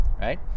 right